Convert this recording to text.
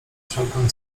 wszelką